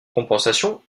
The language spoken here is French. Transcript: compensation